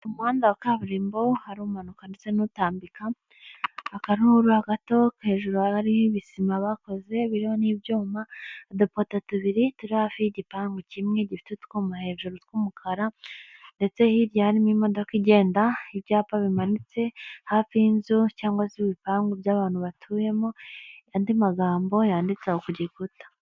Ku muhanda wa kaburimbo hari umanuka ndetse n'utambika, akaruhurura gato, hejuru hakaba hari ibisima bakoze biriho n'ibyuma, udupoto tubiri turi hafi y'igipangu kimwe gifite utwuma hejuru tw'umukara, ndetse hirya harimo imodoka igenda, ibyapa bimanitse hafi y'inzu cyangwa se ibipangu by'abantu batuyemo, andi magambo yanditse aho ku gikuta.